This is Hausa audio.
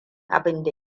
abinda